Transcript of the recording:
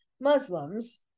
Muslims